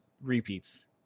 repeats